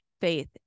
faith